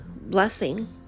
blessing